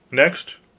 next,